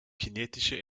kinetische